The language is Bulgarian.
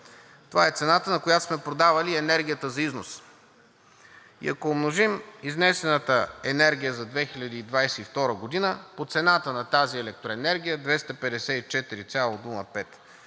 Това е цената, на която сме продавали и енергията за износ. И ако умножим изнесената енергия за 2022 г. по цената на тази електроенергия 254,05